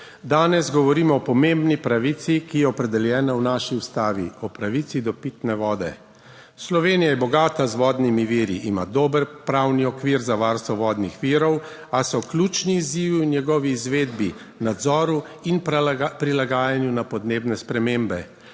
Danes govorimo o pomembni pravici, ki je opredeljena v naši Ustavi, o pravici do pitne vode. Slovenija je bogata z vodnimi viri, ima dober pravni okvir za varstvo vodnih virov, a so ključni izzivi v njegovi izvedbi, nadzoru in prilagajanju na podnebne spremembe.